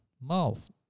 mouth